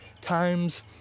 times